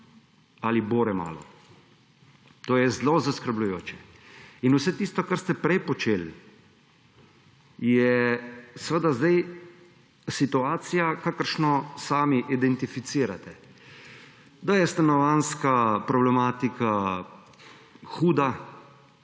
ali bore malo. To je zelo zaskrbljujoče in vse tisto, kar ste prej počeli, je seveda zdaj situacija, kakršno sami identificirate; da je stanovanjska problematika huda,